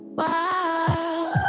wild